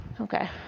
Okay